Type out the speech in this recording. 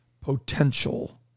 potential